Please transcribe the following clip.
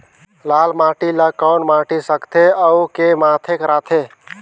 लाल माटी ला कौन माटी सकथे अउ के माधेक राथे?